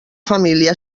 família